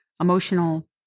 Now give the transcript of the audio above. emotional